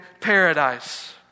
paradise